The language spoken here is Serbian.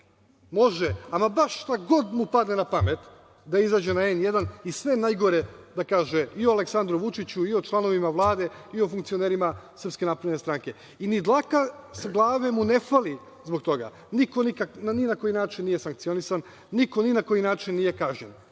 može, ama baš šta god mu padne na pamet da izađe na N1 i sve najgore da kaže i o Aleksandru Vučiću i o članovima Vlade i o funkcionerima SNS i ni dlaka sa glave mu ne fali zbog toga, niko ni na koji način nije sankcionisan zbog toga, niko ni na koji način nije kažnjen.